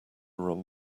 room